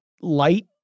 light